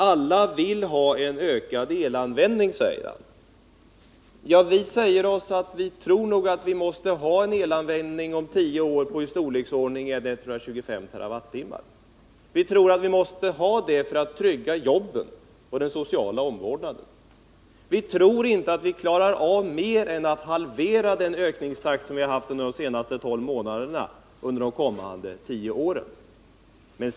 Alla vill ha ökad elanvändning säger statsrådet. Vi tror att vi om tio år har ett elbehov som ligger i storleksordningen 25 TWh. Vi tror att vi måste ha det för att vi skall kunna klara jobben och för att vi skall klara den sociala omvårdnaden. Vi tror inte att vi under de kommande tio åren klarar av mer än att halvera den ökningstakt av elanvändningen som vi haft under de senaste tolv månaderna.